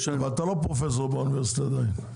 ואתה עדיין לא פרופסור באוניברסיטה.